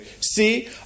See